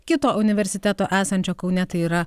kito universiteto esančio kaune tai yra